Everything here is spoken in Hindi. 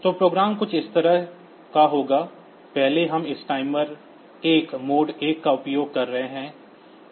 तो प्रोग्राम कुछ इस तरह का होगा पहले हम इस टाइमर 1 मोड 1 का उपयोग कर रहे हैं